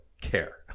care